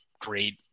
great